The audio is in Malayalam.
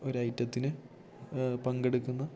ഒരൈറ്റത്തിന് പങ്കെടുക്കുന്ന